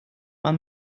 man